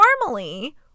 normally